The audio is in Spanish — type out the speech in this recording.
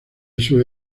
sus